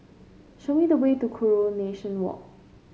show me the way to Coronation Walk